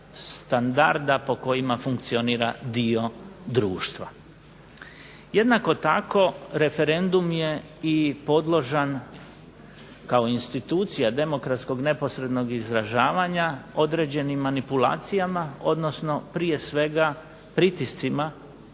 standarda po kojima funkcionira dio društva. Jednako tako referendum je i podložan, kao institucija demokratskog neposrednog izražavanja određenim manipulacijama, odnosno prije svega pritiscima